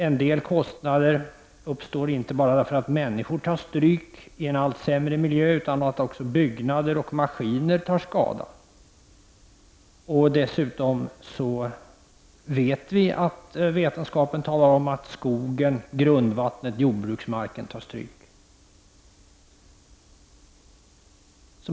En del kostnader uppstår inte bara därför att människor tar stryk i en allt sämre miljö, utan också av att byggnader och maskiner tar skada. Dessutom känner vi till att vetenskapen talar om att skogen, grundvattnet och jordbruksmarken tar stryk.